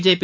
JP